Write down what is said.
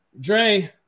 Dre